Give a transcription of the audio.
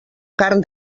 carn